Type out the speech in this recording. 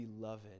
beloved